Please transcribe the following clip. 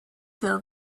bill